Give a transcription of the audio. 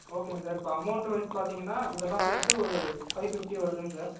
ஓகேங்க சார் இப்போ amount wise பார்த்தீங்கனா இதெல்லாம் சேர்த்து ஒரு ஃபை ஃபிஃப்ட்டி வருதுங்க சார்